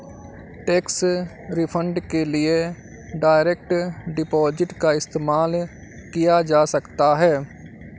tax refund के लिए direct deposit का इस्तेमाल किया जा सकता हैं